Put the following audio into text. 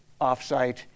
offsite